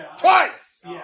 twice